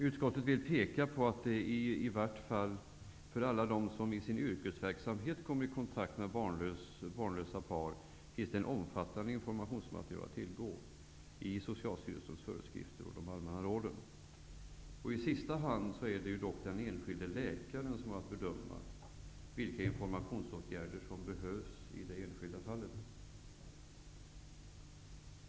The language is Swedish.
Utskottet vill peka på att det i vart fall för alla dem som i sin yrkesverksamhet kommer i kontakt med barnlösa par finns ett omfattande informationsmaterial att tillgå i Socialstyrelsens föreskrifter och allmänna råd. I sista hand är det dock den enskilde läkaren som har att bedöma vilka informationsåtgärder som behövs i det enskilda fallet.